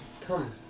Come